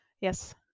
Yes